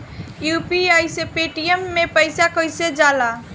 UPI से Paytm मे पैसा कइसे जाला?